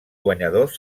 guanyador